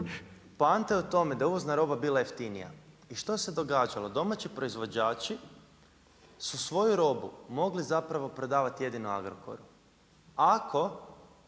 Poanta je u tome da je uvozna roba bila jeftinija. I što se događalo? Domaći proizvođači su svoju robu mogli zapravo prodavati jedino Agrokoru. Ako